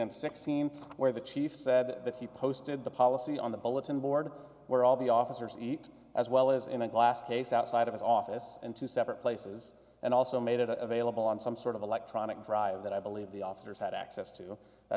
and sixteen where the chief said that he posted the policy on the bulletin board where all the officers eat as well as in a glass case outside of his office and two separate places and also made it available on some sort of electronic drive that i believe the officers had access to that